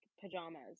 pajamas